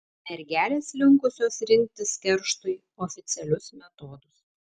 mergelės linkusios rinktis kerštui oficialius metodus